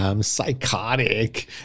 psychotic